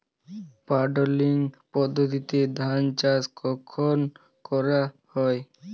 Puddling পদ্ধতিতে ধান চাষ কখন করা হয়?